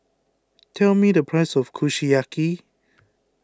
tell me the price of Kushiyaki